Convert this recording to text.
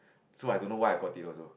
so I don't know why I got it also